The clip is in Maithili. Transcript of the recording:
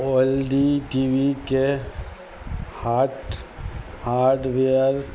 L E D T V के हार्ट हार्डवेयर